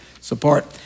support